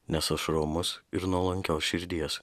nes aš romus ir nuolankios širdies